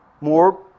More